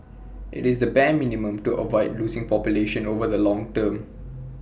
IT is the bare minimum to avoid losing population over the long term